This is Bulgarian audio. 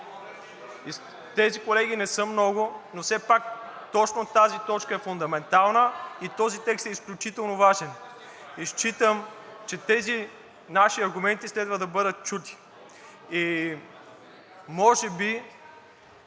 Тези колеги не са много, но все пак точно тази точка е фундаментална и този текст е изключително важен и считам, че тези наши аргументи следва да бъдат чути. Може би